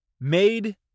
Made